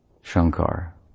Shankar